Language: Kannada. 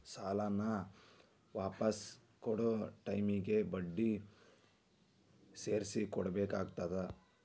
ಸಾಲಾನ ವಾಪಿಸ್ ಕೊಡೊ ಟೈಮಿಗಿ ಬಡ್ಡಿ ಸೇರ್ಸಿ ಕೊಡಬೇಕಾಗತ್ತಾ